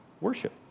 worship